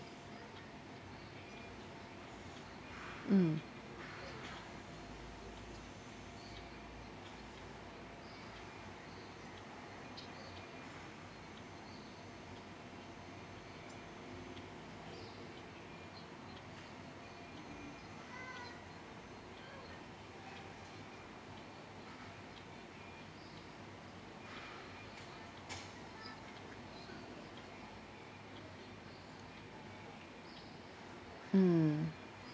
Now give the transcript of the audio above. mm mm